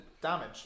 damage